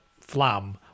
Flam